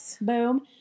Boom